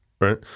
Right